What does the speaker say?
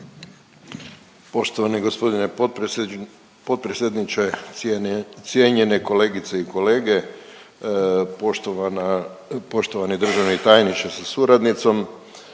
Poštovani g. potpredsjedniče, cijenjene kolegice i kolege, poštovana, poštovani državni tajniče sa suradnicom.